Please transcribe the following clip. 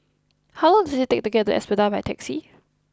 how long does it take to get to Espada by taxi